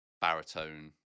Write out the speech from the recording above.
baritone